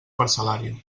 parcel·lària